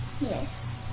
Yes